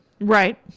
Right